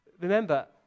remember